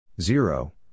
Zero